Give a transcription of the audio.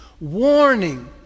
warning